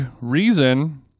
reason